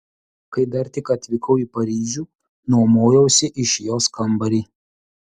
kai dar tik atvykau į paryžių nuomojausi iš jos kambarį